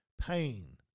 Pain